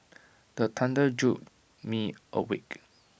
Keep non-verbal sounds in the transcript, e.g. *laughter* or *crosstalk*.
*noise* the thunder jolt me awake